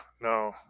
No